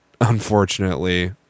unfortunately